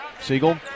Siegel